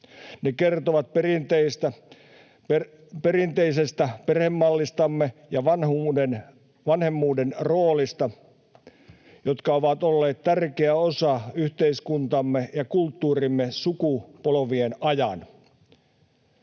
Ne kertovat perinteisestä perhemallistamme ja vanhemmuuden roolista, jotka ovat olleet tärkeä osa yhteiskuntaamme ja kulttuuriamme sukupolvien ajan.